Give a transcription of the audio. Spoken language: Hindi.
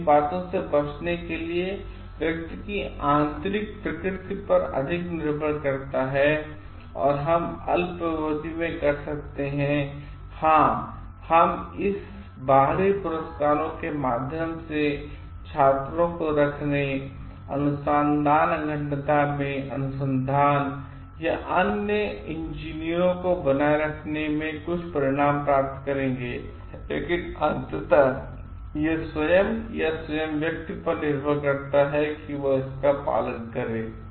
तो यह इन बातों से बचने के लिए व्यक्ति की आंतरिक प्रकृति पर अधिक निर्भर करता है और हम अल्पावधि में कर सकते हैं हाँ हम इस बाहरी पुरस्कारों के माध्यम से छात्रों को रखने अनुसंधान अखंडता में अनुसंधान या अन्य इंजीनियरों को बनाए रखने में कुछ परिणाम प्राप्त करेंगे लेकिन अंतत यह स्वयं या स्वयं व्यक्ति पर निर्भर करता है कि वहइसकापालन करे